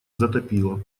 затопило